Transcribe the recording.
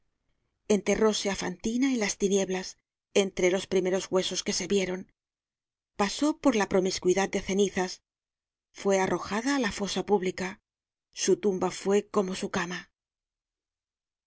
á fantina en las tinieblas entre los primeros huesos que se vieron pasó por la promiscuidad de cenizas fue arrojada á la fosa pública su tumba fue como su cama